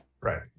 Right